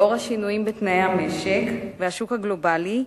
לאור השינויים בתנאי המשק והשוק הגלובלי,